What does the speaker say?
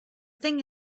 thing